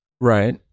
right